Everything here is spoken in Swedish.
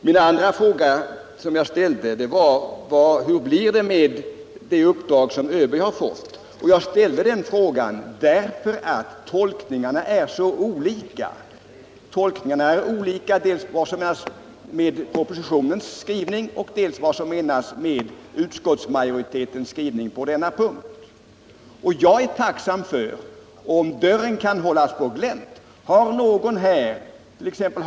Den andra frågan som jag ställde var: Hur blir det med det uppdrag som ÖB har fått? Jag ställde denna fråga därför att tolkningarna är så olika dels av vad propositionens skrivning innebär, dels av vad som menas med utskottsmajoritetens skrivning på denna punkt. Jag är tacksam om dörren kan hållas på glänt. Har någon här, t.ex.